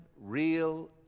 real